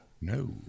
no